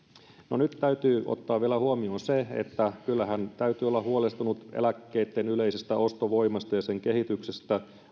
no nyt täytyy ottaa huomioon vielä se että kyllähän täytyy olla huolestunut eläkkeitten yleisestä ostovoimasta ja sen kehityksestä